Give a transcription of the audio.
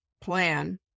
plan